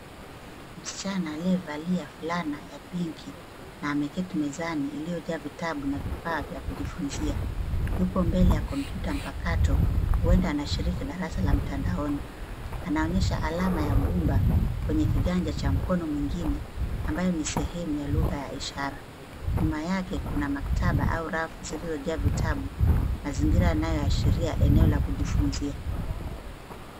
Msichana aliyevalia fulana ya pink na ameketi mezani iliyojaa vitabu na vifaa vya kujifunzia. Yuko mbele ya kompyuta mpakato huenda anashiriki darasa la mtandaoni anaonyesha alama ya gumba kwenye kiganja cha mkono mwingine ambayo ni sehemu ya lugha ya ishara. Nyuma yake kuna maktaba au rafu zilizojaa vitabu mazingira yanaoashiria eneo la kujifunzia.